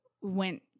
went